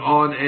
on